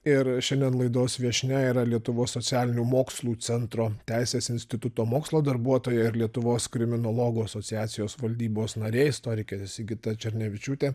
ir šiandien laidos viešnia yra lietuvos socialinių mokslų centro teisės instituto mokslo darbuotoja ir lietuvos kriminologų asociacijos valdybos narė istorikė sigita černevičiūtė